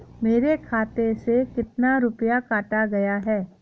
मेरे खाते से कितना रुपया काटा गया है?